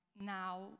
now